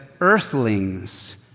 earthlings